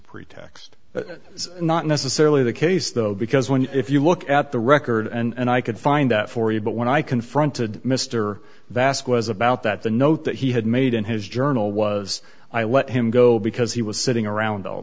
it's not necessarily the case though because when you if you look at the record and i could find out for you but when i confronted mr vasquez about that the note that he had made in his journal was i let him go because he was sitting around all